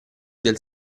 del